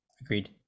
Agreed